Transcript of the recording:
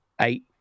eight